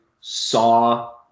saw